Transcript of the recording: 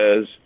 says